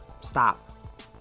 stop